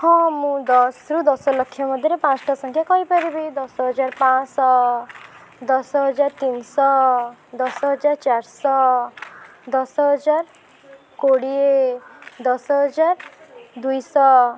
ହଁ ମୁଁ ଦଶରୁ ଦଶ ଲକ୍ଷ ମଧ୍ୟରେ ପାଞ୍ଚଟା ସଂଖ୍ୟା କହିପାରିବି ଦଶ ହଜାରେ ପାଞ୍ଚ ଶହ ଦଶ ହଜାର ତିନି ଶହ ଦଶ ହଜାର ଚାରି ଶହ ଦଶ ହଜାର କୋଡ଼ିଏ ଦଶ ହଜାର ଦୁଇ ଶହ